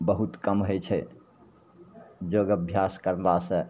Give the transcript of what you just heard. बहुत कम हइ छै योग अभ्यास करलासँ